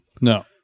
No